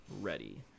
ready